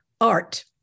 art